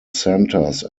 centers